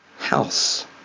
House